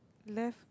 left